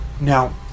Now